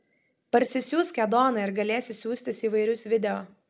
parsisiųsk edoną ir galėsi siųstis įvairius video